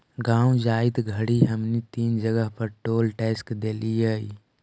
गाँव जाइत घड़ी हमनी तीन जगह पर टोल टैक्स देलिअई